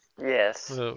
Yes